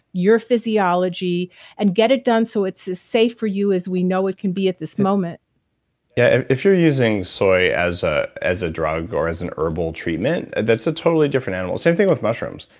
your physiology and get it done so it's as safe for you as we know it can be at this moment yeah and if you're using soy as ah as a drug or as a and herbal treatment, that's a totally different animal. same thing with mushrooms.